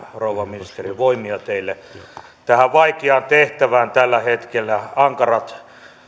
rouva ministeri voimia teille tähän vaikeaan tehtävään tällä hetkellä ankarat